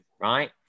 right